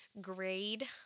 grade